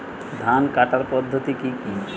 ধান কাটার পদ্ধতি কি কি?